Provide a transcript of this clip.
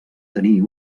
tenir